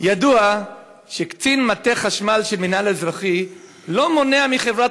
ידוע שקצין מטה חשמל של המינהל האזרחי לא מונע מחברת